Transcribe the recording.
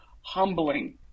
humbling